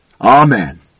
Amen